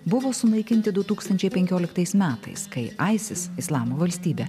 buvo sunaikinti du tūkstančiai penkioliktais metais kai aisis islamo valstybė